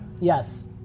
Yes